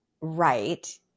right